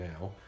now